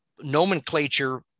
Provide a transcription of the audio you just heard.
nomenclature